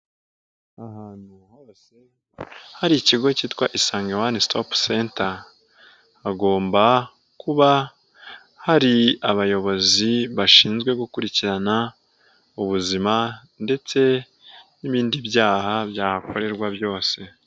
Ahantu hose hari ikigo kitwa isange wani sitopu senta, hagomba kuba hari abayobozi bashinzwe gukurikirana ubuzima ndetse n'ibindi byaha byahakorerwa byose.